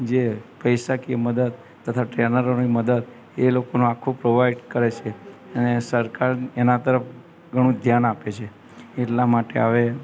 જે પૈસા કહે મદદ તથા ટ્રેનરોની મદદ એ લોકોનું આખું પ્રોવાઈડ કરે છે અને સરકાર એના તરફ ઘણું જ ધ્યાન આપે છે એટલા માટે હવે